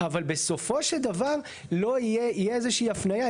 אבל בסופו של דבר לא יהיה, תהיה איזה שהיא אפליה.